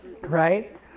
right